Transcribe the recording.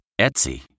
Etsy